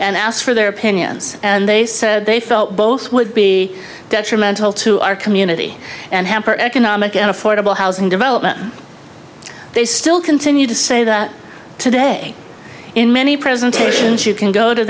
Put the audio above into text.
and asked for their opinions and they said they felt both would be detrimental to our community and hamper economic and affordable housing development they still continue to say that today in many presentations you can go to